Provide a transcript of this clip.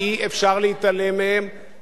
ואי-אפשר לשכוח אותם.